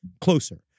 closer